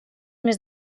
més